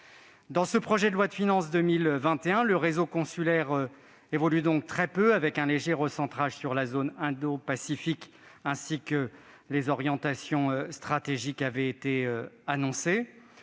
Dans ce projet de loi de finances pour 2021, le réseau consulaire évolue très peu, avec un léger recentrage sur la zone indopacifique, pour tenir compte des orientations stratégiques qui avaient été avancées.